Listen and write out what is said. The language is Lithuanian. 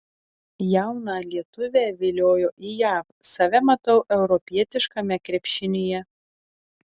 jauną lietuvę viliojo į jav save matau europietiškame krepšinyje